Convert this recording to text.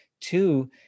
two